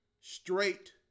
straight